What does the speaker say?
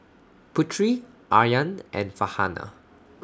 Putri Aryan and Farhanah